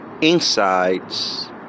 insights